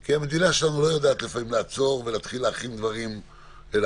כי המדינה שלנו לא יודעת לפעמים לעצור ולהתחיל להכין דברים לעתיד.